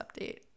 update